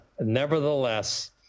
Nevertheless